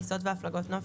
(טיסות והפלגות נופש),